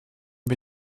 wir